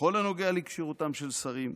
בכל הנוגע לכשירותם של שרים,